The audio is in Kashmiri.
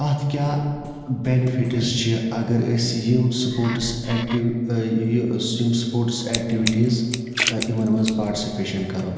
اتھ کیاہ بیٚنفِٹس چھِ اگر أسۍ یِم سپوٹس ایٚکٹِوِٹیٖز یہِ یِم سپوٹس ایٚکٹِوِٹیٖز یِمَن مَنٛز پاٹسِپیشَن کَرو